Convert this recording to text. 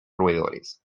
roedores